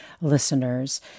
listeners